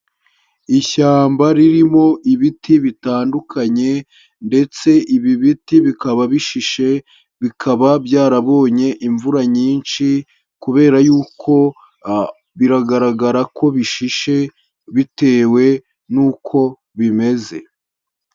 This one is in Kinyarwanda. Ishyamba ririmo ibiti bitandukanye, ndetse ibi biti bikaba bishishe, bikaba byarabonye imvura nyinshi, kubera yuko biragaragara ko bishishe, bitewe nuko bimeze.